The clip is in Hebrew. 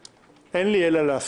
אין לי אלא להסכים.